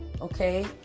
okay